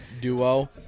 duo